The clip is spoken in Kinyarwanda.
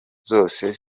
zose